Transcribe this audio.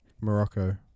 Morocco